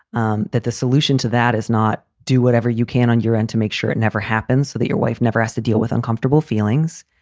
um that the solution to that is not do whatever you can on your end to make sure it never happens so that your wife never has to deal with uncomfortable feelings.